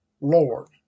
Lord